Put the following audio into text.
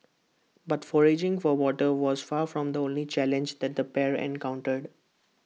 but foraging for water was far from the only challenge that the pair encountered